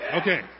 Okay